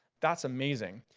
that's amazing.